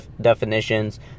definitions